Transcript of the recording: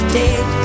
dead